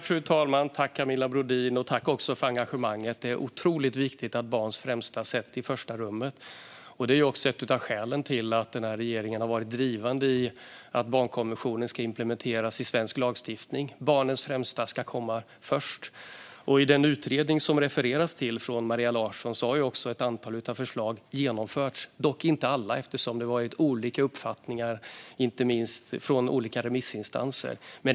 Fru talman! Tack, Camilla Brodin, också för engagemanget! Det är otroligt viktigt att barns bästa sätts i första rummet. Det är också ett av skälen till att den här regeringen har varit drivande för att barnkonventionen ska implementeras i svensk lagstiftning. Barnens bästa ska komma först. En rad förslag i den utredning som Maria Larsson tillsatte och som det refereras till har också genomförts, dock inte alla. Det har nämligen funnits olika uppfattningar, inte minst från olika remissinstanser.